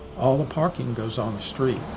all the parking goes on the street.